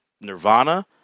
Nirvana